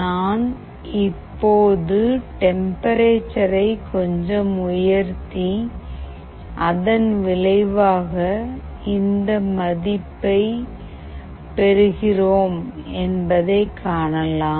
நான் இப்போது டெம்பரேச்சரை கொஞ்சம் உயர்த்தி அதன் விளைவாக இந்த மதிப்பை பெறுகிறோம் என்பதை காணலாம்